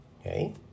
okay